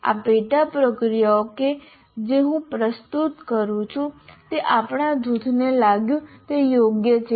આ પેટા પ્રક્રિયાઓ કે જે હું પ્રસ્તુત કરું છું તે આપણા જૂથને લાગ્યું તે યોગ્ય છે